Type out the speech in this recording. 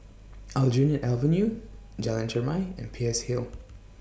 Aljunied Avenue Jalan Chermai and Peirce Hill